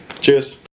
Cheers